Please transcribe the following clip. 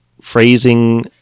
phrasing